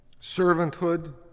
servanthood